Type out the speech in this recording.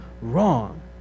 wrong